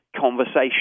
conversation